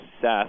Seth